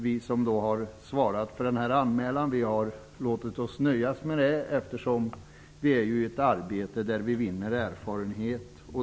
Vi som har svarat för anmälan har låtit oss nöja med det, eftersom vi i Sverige är i ett arbete där vi vinner erfarenhet.